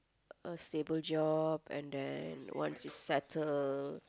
a stable job and then once you settle